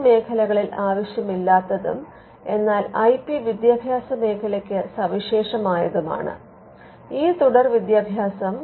മറ്റ് മേഖലകളിൽ ആവശ്യമില്ലാത്തതും എന്നാൽ ഐ പി വിദ്യാഭാസമേഖലയ്ക്ക് സവിശേഷമായതുമാണ് ഈ തുടർവിദ്യാഭ്യാസം